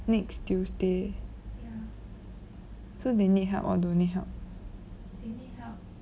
next tuesday so they need help or don't need help